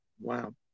Wow